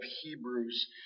Hebrews